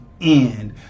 end